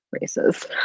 races